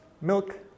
milk